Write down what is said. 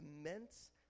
immense